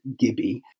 Gibby